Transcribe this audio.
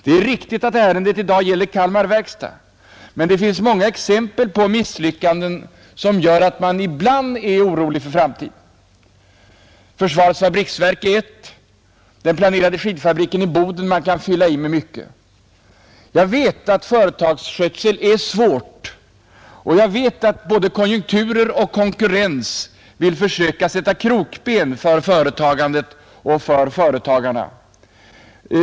Det är riktigt att ärendet i dag gäller Kalmar verkstad, men det finns en rad exempel på misslyckanden som gör att man ibland är orolig för framtiden. Försvarets fabriksverk är ett bland många exempel, den planerade skidfabriken i Boden ett annat. Jag vet att företagsskötsel är någonting svårt, och jag vet att både konjunkturer och konkurrens vill sätta krokben för företagandet och företagarna.